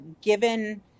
given